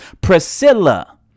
Priscilla